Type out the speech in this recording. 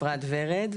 רבות.